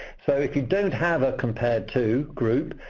so if you don't have a compared to group,